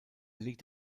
liegt